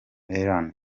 ellen